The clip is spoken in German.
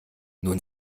nun